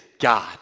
God